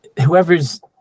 whoever's